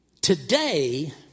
today